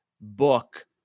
book